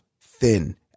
thin